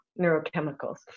neurochemicals